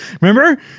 Remember